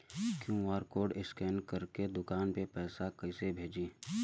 QR code scan करके दुकान में पैसा कइसे भेजी?